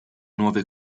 nuove